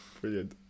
Brilliant